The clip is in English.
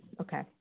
Okay